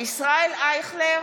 ישראל אייכלר,